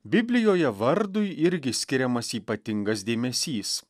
biblijoje vardui irgi skiriamas ypatingas dėmesys